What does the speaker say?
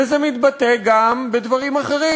וזה מתבטא גם בדברים אחרים,